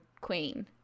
queen